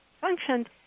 functioned